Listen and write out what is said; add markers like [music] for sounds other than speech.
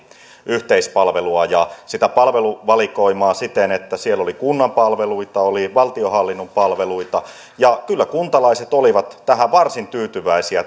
yhteispalvelua ja palveluvalikoimaa siten että siellä oli kunnan palveluita ja oli valtionhallinnon palveluita ja kyllä kuntalaiset olivat tähän varsin tyytyväisiä [unintelligible]